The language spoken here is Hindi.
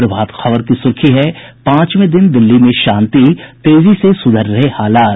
प्रभात खबर की सुर्खी है पांचवें दिन दिल्ली में शांति तेजी से सुधर रहे हैं हालात